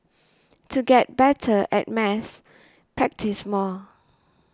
to get better at maths practise more